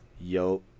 Yo